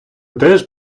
теж